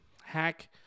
Hack